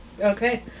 Okay